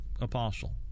apostle